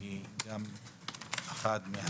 היא גם אחת מן